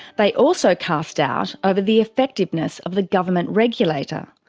they also cast doubt over the effectiveness of the government regulator,